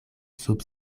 sub